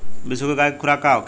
बिसुखी गाय के खुराक का होखे?